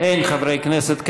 אין חברי כנסת כאלה.